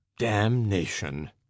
damnation